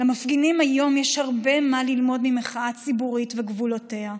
למפגינים יש היום הרבה מה ללמוד על מחאה ציבורית וגבולותיה.